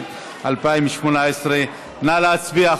התשע"ט 2018. נא להצביע,